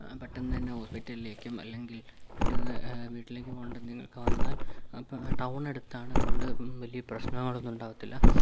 പെട്ടെന്ന് തന്നെ ഹോസ്പിറ്റലിലേക്കും അല്ലെങ്കിൽ പെട്ടെന്ന് വീട്ടിലേക്ക് പോകേണ്ട എന്തെങ്കിലുമൊക്കെ വന്നാൽ അപ്പോൾ ടൗൺ അടുത്താണ് അതുകൊണ്ട് വലിയ പ്രശ്നങ്ങളൊന്നും ഉണ്ടാവത്തില്ല